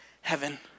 heaven